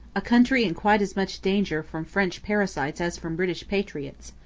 a country in quite as much danger from french parasites as from british patriots.